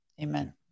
Amen